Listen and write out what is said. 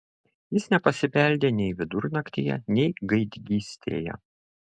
jis nepasibeldė nei vidurnaktyje nei gaidgystėje